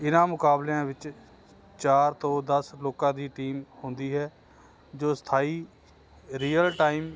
ਇਹਨਾਂ ਮੁਕਾਬਲਿਆਂ ਵਿੱਚ ਚਾਰ ਤੋਂ ਦਸ ਲੋਕਾਂ ਦੀ ਟੀਮ ਹੁੰਦੀ ਹੈ ਜੋ ਸਥਾਈ ਰੀਅਲ ਟਾਈਮ